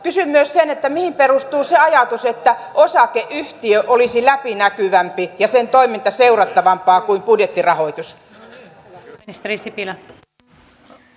mihin perustuu se ajatus että osakeyhtiö olisi läpinäkyvämpi ja sen toiminta seurattavampaa kuin budjettirahoitus